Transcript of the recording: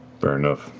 fair enough.